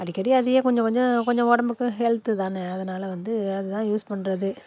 அடிக்கடி அதையே கொஞ்சம் கொஞ்சம் கொஞ்சம் உடம்புக்கும் ஹெல்த்து தானே அதனால் வந்து அது தான் யூஸ் பண்ணுறது